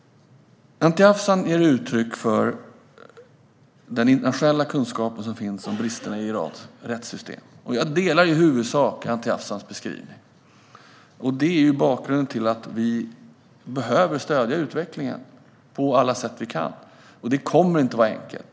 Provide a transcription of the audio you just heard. Anti Avsan ger uttryck för den internationella kunskap som finns om bristerna i Iraks rättssystem. Jag delar i huvudsak Anti Avsans beskrivning. Det är bakgrunden till att vi behöver stödja utvecklingen på alla sätt vi kan. Det kommer inte att vara enkelt.